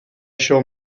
shall